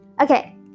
Okay